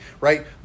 right